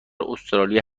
استرالیا